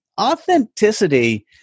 authenticity